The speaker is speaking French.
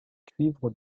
cuivres